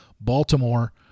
Baltimore